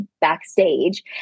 backstage